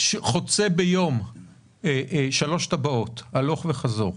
אם אני חוצה ביום שלוש טבעות הלוך וחזור,